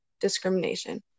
discrimination